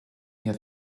near